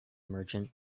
merchant